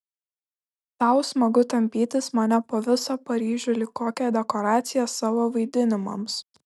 tau smagu tampytis mane po visą paryžių lyg kokią dekoraciją savo vaidinimams